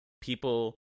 People